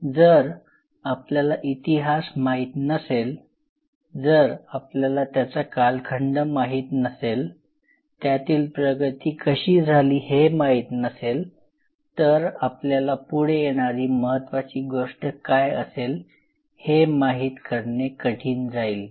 जर आपल्याला इतिहास माहित नसेल जर आपल्याला त्याचा कालखंड माहीत नसेल त्यातील प्रगती कशी झाली हे माहीत नसेल तर आपल्याला पुढे येणारी महत्त्वाची गोष्ट काय असेल हे माहीत करणे कठीण जाईल